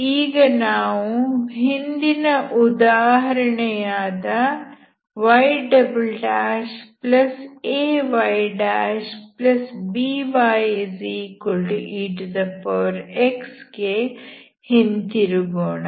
ಈಗ ನಾವು ಹಿಂದಿನ ಉದಾಹರಣೆಯಾದ yaybyex ಗೆ ಹಿಂದಿರುಗೋಣ